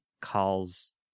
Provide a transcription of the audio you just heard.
calls